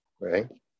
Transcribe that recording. right